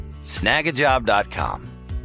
Snagajob.com